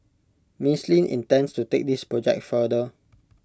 miss Lin intends to take this project further